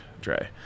Dre